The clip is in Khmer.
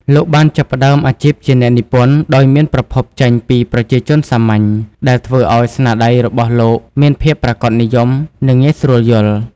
លោកបានចាប់ផ្ដើមអាជីពជាអ្នកនិពន្ធដោយមានប្រភពចេញពីប្រជាជនសាមញ្ញ ដែលធ្វើឲ្យស្នាដៃរបស់លោកមានភាពប្រាកដនិយម និងងាយស្រួលយល់។